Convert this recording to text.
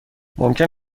ممکن